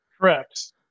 Correct